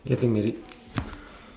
getting married